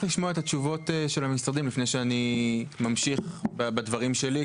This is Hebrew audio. לשמוע את התשובות של המשרדים לפני שאני ממשיך בדברים שלי,